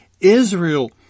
Israel